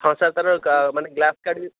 ହଁ ସାର୍ ତା'ର ମାନେ ଗ୍ଲାସ୍ କାଢ଼ି